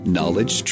Knowledge